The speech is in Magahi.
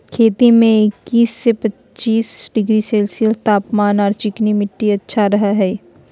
खेती में इक्किश से पच्चीस डिग्री सेल्सियस तापमान आर चिकनी मिट्टी अच्छा रह हई